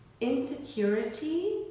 insecurity